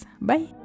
Bye